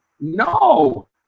no